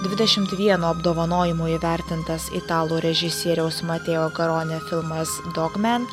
dvidešimt vienu apdovanojimu įvertintas italų režisieriaus matėo garonė filmas dogman